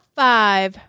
five